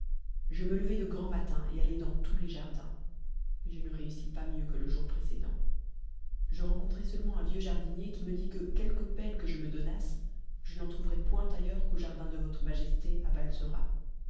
je me levai de grand matin et allai dans tous les jardins mais je ne réussis pas mieux que le jour précédent je rencontrai seulement un vieux jardinier qui me dit que quelque peine que je me donnasse je n'en trouverais point ailleurs qu'au jardin de votre majesté à